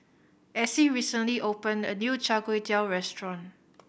Essie recently opened a new Char Kway Teow restaurant